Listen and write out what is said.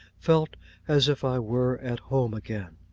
felt as if i were at home again.